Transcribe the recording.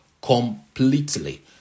completely